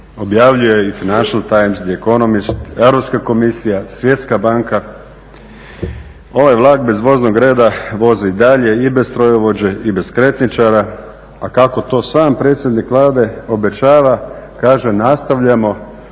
objavljuje i Financiale times, Europska komisija, Svjetska banka. Ovaj je vlak bez voznog reda vozi i dalje i bez strojovođe i bez skretničara, a kako to sam predsjednik Vlade obećava kaže nastavljamo